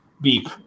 beep